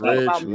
Rich